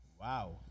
Wow